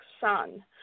Sun